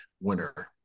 winner